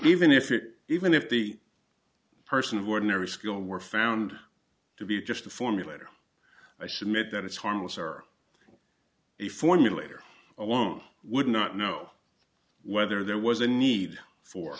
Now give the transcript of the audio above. even if it even if the person of ordinary skill were found to be just a formulator i submit that it's harmless or a formulator alone would not know whether there was a need for